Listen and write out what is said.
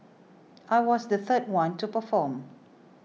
I was the third one to perform